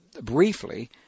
briefly